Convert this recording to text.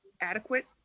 adequate